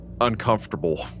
uncomfortable